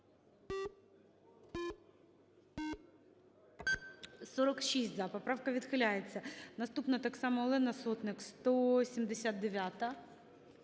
За-46 Поправка відхиляється. Наступна, так само Олена Сотник, 179-а.